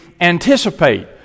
anticipate